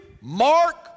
Mark